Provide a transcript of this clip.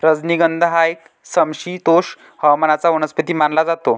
राजनिगंध हा एक समशीतोष्ण हवामानाचा वनस्पती मानला जातो